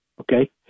okay